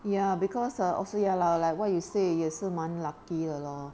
ya because ah also ya lah like what you say 也是蛮 lucky 的 lor